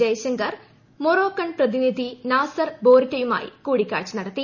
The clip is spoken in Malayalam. ജയശങ്കർ മൊറോക്കൺ പ്രതിനിധി നാസർ ബോറിറ്റയുമായി കൂടിക്കാഴ്ച നടത്തി